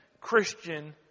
Christian